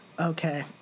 Okay